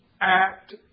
act